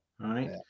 right